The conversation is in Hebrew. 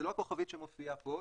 זה לא הכוכבית שמופיעה פה,